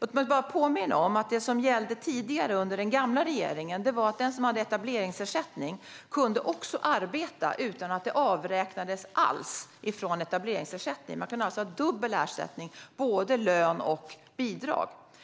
Låt mig påminna om att det som gällde tidigare, under den gamla regeringen, var att den som hade etableringsersättning också kunde arbeta utan att det avräknades alls från etableringsersättningen. Man kunde alltså ha dubbel ersättning: både lön och bidrag.